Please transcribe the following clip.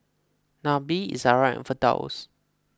Nabil Izara and Firdaus